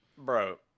Bro